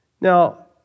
Now